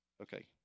Okay